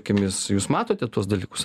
akimis jūs matote tuos dalykus